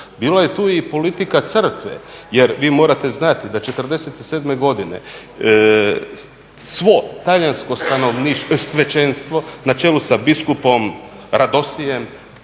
bilo je tu i politika crkve. Jer vi morate znati da '47.godine svo talijansko svećenstvo na čelu sa biskupom Radosijem